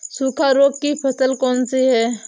सूखा रोग की फसल कौन सी है?